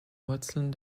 wurzeln